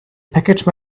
package